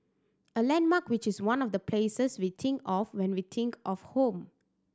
a landmark which is one of the places we think of when we think of home